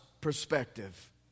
perspective